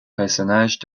personnages